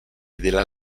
della